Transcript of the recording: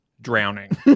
drowning